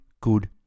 good